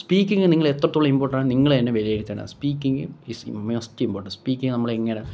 സ്പീക്കിങ്ങിൽ നിങ്ങളെത്രത്തോളം ഇമ്പോട്ടൻറ്റാണെന്നു നിങ്ങള് തന്നെ വിലയിരുത്തണം speaking is must important speaking നമ്മളെങ്ങനെ